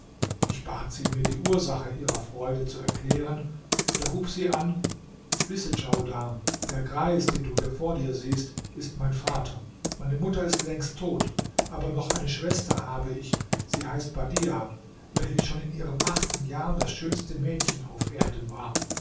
ich bat sie mir die ursache ihrer freude zu erklären da hub sie an wisse djaudar der greis den du hier vor dir siehst ist mein vater meine mutter ist längst tot aber noch eine schwester habe ich sie heißt badiah welche schon in ihrem achten jahr das schönste mädchen auf erden war